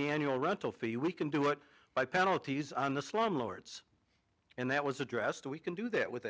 the annual rental fee we can do it by penalties on the slumlords and that was addressed we can do that with